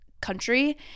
country